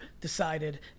decided